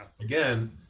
again